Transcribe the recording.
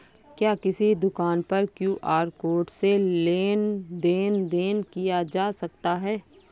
क्या किसी दुकान पर क्यू.आर कोड से लेन देन देन किया जा सकता है?